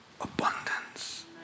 abundance